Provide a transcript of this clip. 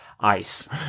ice